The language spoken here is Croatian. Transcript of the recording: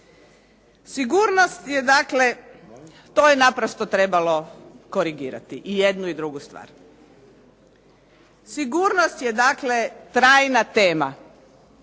Sigurnost je dakle, to je naprosto trebalo korigirati i jednu i drugu stvar. Sigurnost je dakle trajna tema